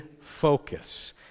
focus